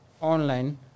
online